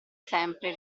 sempre